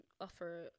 offer